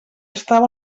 estava